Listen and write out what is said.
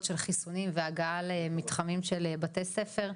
של חיסונים והגעה למתחמים של בתי ספר.